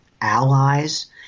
allies